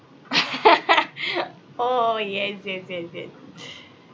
orh yes yes ya you did